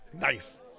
Nice